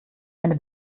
eine